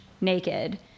naked